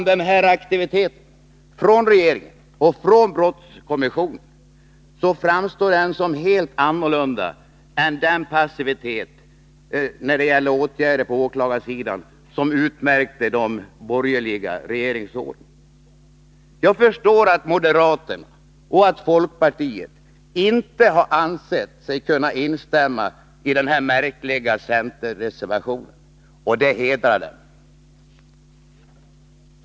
Denna aktivitet från regeringen och från brottskommissionen framstår som någonting helt annat än den passivitet när det gällde åtgärder på åklagarsidan som utmärkte de borgerliga regeringsåren. Jag förstår att moderaterna och folkpartiet inte har ansett sig kunna instämma i den märkliga centerreservationen. Det hedrar dem.